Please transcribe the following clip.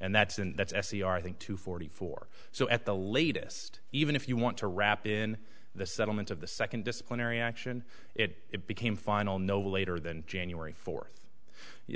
and that's and that's s c r i think two forty four so at the latest even if you want to wrap in the settlement of the second disciplinary action it became final no later than january fourth